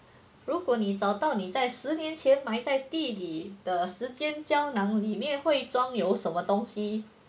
如果你找到你在十年前埋在地里的时间胶囊里面会装有什么东西